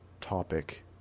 topic